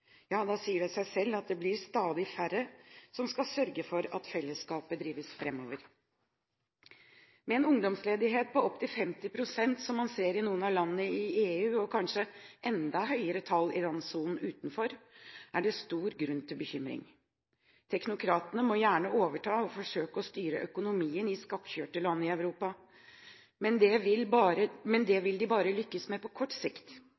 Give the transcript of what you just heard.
sier det seg selv at det blir stadig færre som skal sørge for at fellesskapet drives framover. Med en ungdomsledighet på opp til 50 pst., som man ser i noen av landene i EU, og kanskje enda høyere tall i randsonen utenfor, er det stor grunn til bekymring. Teknokratene må gjerne overta og forsøke å styre økonomien i skakkjørte land i Europa. Men det vil de bare lykkes med på kort sikt,